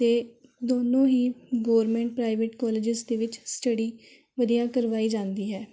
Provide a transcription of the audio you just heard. ਅਤੇ ਦੋਨੋਂ ਹੀ ਗੌਰਮੈਂਟ ਪ੍ਰਾਈਵੇਟ ਕੋਲੇਜਿਸ ਦੇ ਵਿੱਚ ਸਟੱਡੀ ਵਧੀਆ ਕਰਵਾਈ ਜਾਂਦੀ ਹੈ